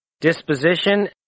disposition